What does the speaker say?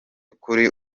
kuri